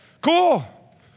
Cool